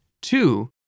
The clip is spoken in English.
two